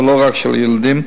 ולא רק של ילדים,